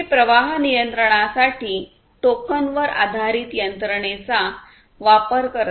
हे प्रवाह नियंत्रणासाठी टोकन वर आधारित यंत्रणेचा वापर करते